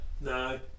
No